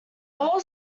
all